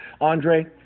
Andre